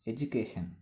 Education